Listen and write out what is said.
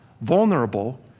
vulnerable